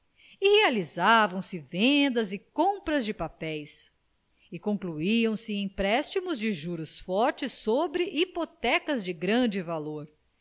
governo e realizavam se vendas e compras de papéis e concluíam se empréstimos de juros fortes sobre hipotecas de grande valor